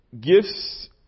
Gifts